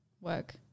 work